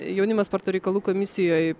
jaunimo sporto reikalų komisijoj